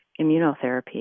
immunotherapy